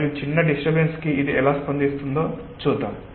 మరియు చిన్న డిస్టర్బెన్స్ కి ఇది ఎలా స్పందిస్తుందో చూద్దాం